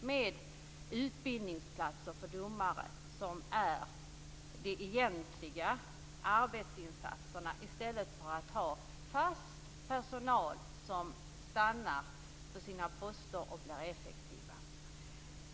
Man har utbildningsplatser för domare, som gör de egentliga arbetsinsatserna, i stället för att ha fast personal som stannar på sina poster och blir effektiva.